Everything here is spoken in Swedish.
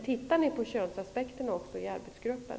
Tittar ni också på könsaspekterna i arbetsgruppen?